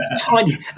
tiny